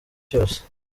cyose